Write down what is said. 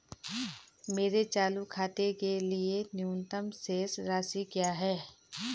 मेरे चालू खाते के लिए न्यूनतम शेष राशि क्या है?